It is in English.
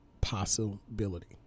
possibility